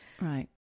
Right